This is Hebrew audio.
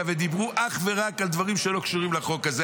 ודיברו אך ורק על דברים שלא קשורים לחוק הזה.